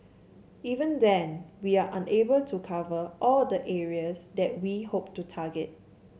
even then we are unable to cover all the areas that we hope to target